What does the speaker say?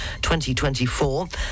2024